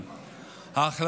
ואז,